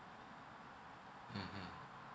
mmhmm